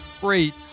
great